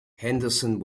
henderson